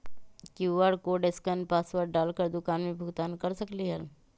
QR code scan password डाल कर दुकान में भुगतान कर सकलीहल?